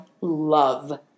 love